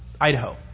Idaho